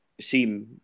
seem